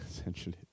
essentially